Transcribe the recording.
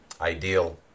ideal